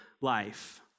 life